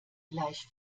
gleich